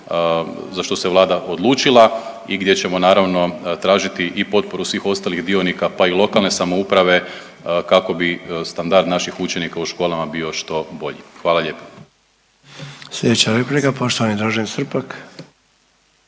za što se vlada odlučila i gdje ćemo naravno tražiti i potporu svih ostalih dionika pa i lokalne samouprave kako bi standard naših učenika u školama bio što bolji. Hvala lijepo.